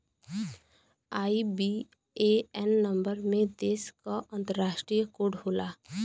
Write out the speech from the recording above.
IBAN number में देश क अंतरराष्ट्रीय कोड होला